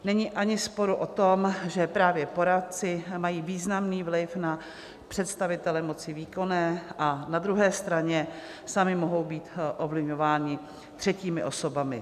Není ani sporu o tom, že právě poradci mají významný vliv na představitele moci výkonné a na druhé straně sami mohou být ovlivňováni třetími osobami.